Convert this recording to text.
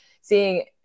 seeing